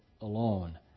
alone